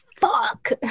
fuck